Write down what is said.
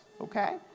Okay